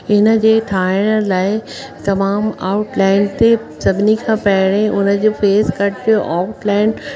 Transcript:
हिनजे ठाहिण लाइ तमामु आउट लाइन ते सभिनी खां पहिरीं हुनजो फ़ेस कट आउट लाइन